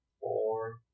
four